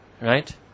right